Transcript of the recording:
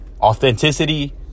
Authenticity